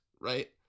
right